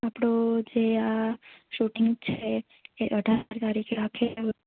આપણું જે આ શૂટિંગ છે એ અઢાર તારીખે રાખેલું